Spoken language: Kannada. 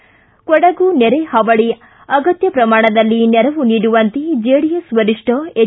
ಿ ಕೊಡಗು ನೆರೆ ಹಾವಳಿ ಅಗತ್ತ ಪ್ರಮಾಣದಲ್ಲಿ ನೆರವು ನೀಡವಂತೆ ಜೆಡಿಎಸ್ ವರಿಷ್ಠ ಎಚ್